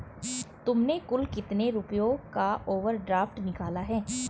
तुमने कुल कितने रुपयों का ओवर ड्राफ्ट निकाला है?